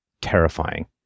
terrifying